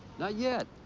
not yet.